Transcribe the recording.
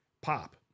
pop